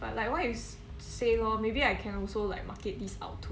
but like what you say lor maybe I can also like market this out to